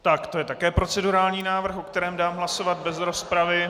Tak to je také procedurální návrh, o kterém dám hlasovat bez rozpravy.